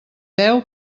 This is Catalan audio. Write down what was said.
veu